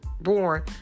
born